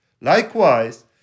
Likewise